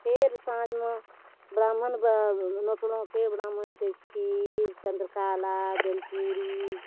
फेर साँझमे ब्राह्मणके नोतलहुँ फेर ब्राह्मणके खीर चन्द्रकला दलिपूड़ी